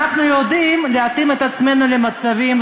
אנחנו יודעות להתאים את עצמנו למצבים,